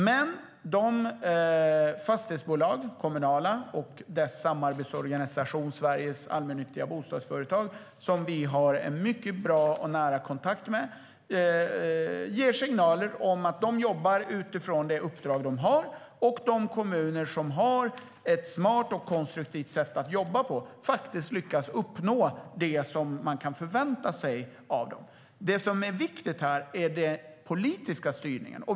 Men de kommunala fastighetsbolagen och deras samarbetsorganisation Sveriges allmännyttiga bostadsföretag, som vi har mycket bra och nära kontakt med, gav signaler om att de jobbar utifrån det uppdrag de har. De kommuner som har ett smart och konstruktivt sätt att jobba på lyckas faktiskt uppnå det som kan förväntas av dem. Det som är viktigt är den politiska styrningen.